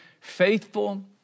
Faithful